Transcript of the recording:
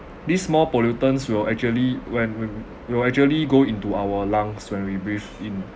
these small pollutants will actually when wi~ will actually go into our lungs when we breathe in